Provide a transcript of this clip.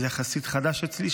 וזה יחסית חדש אצלי.